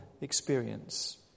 experience